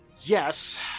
Yes